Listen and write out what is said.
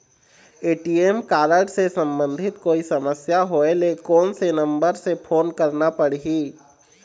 ATM card से संबंधित कोई समस्या होय ले, कोन से नंबर से फोन करना पढ़ही?